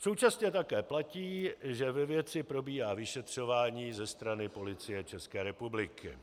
Současně také platí, že ve věci probíhá vyšetřování ze strany Policie České republiky.